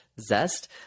zest